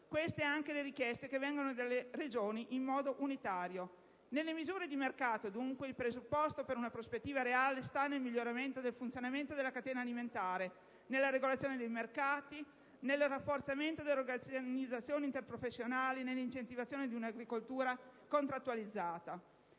Queste sono anche le richieste che vengono dalle Regioni, in modo unitario. Nelle misure di mercato, dunque, il presupposto per una prospettiva reale sta nel miglioramento del funzionamento della catena alimentare, nella regolazione dei mercati, nel rafforzamento delle organizzazioni interprofessionali e nell'incentivazione di un'agricoltura contrattualizzata.